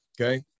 okay